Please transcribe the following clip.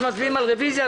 אז מצביעים על רוויזיה,